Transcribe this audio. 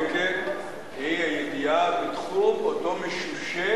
הידיעה המדויקת היא הידיעה בתחום אותו משושה